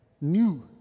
new